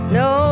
no